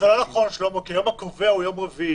זה לא נכון שלמה, כי היום הקובע הוא יום רביעי.